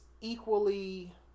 equally